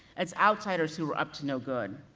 as outsiders who were up to no good.